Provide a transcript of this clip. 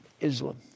Islam